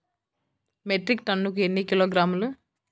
Metric టన్నుకు ఎన్ని కిలోగ్రాములు?